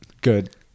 Good